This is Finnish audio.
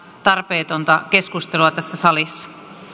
tarpeetonta keskustelua tässä salissa